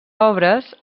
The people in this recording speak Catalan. obres